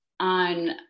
on